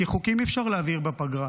כי חוקים אי-אפשר להעביר בפגרה.